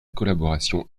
collaboration